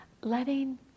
letting